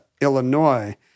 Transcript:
Illinois